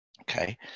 Okay